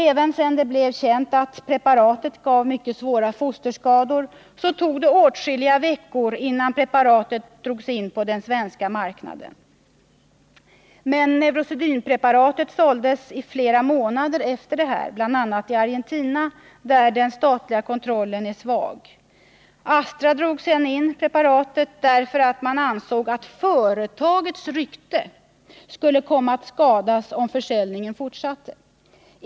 Även sedan det blev känt att preparatet gav mycket svåra fosterskador tog det åtskilliga veckor innan preparatet drogs in på den svenska marknaden. Men Neurosedyn såldes i flera månader efter detta, bl.a. i Argentina, där den statliga kontrollen är svag. Astra drog sedan in preparatet därför att man ansåg att företagets rykte skulle komma att skadas om försäljningen fortsatte!